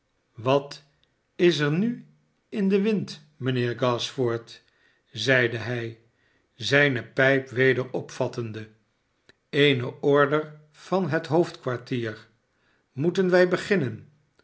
wat is ef nu in den wind mijnheer gashford zeide hij zijne pijp weder opvattende seene order van het hoofdkwartier moeten wij beginnen